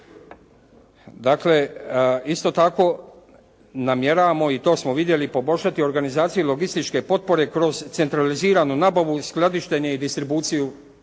Dakle isto tako namjeravamo i to smo vidjeli, poboljšati organizacije logističke potpore kroz centraliziranu nabavu, skladištenje i distribuciju